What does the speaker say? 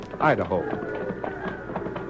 Idaho